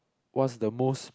what's the most